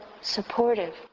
supportive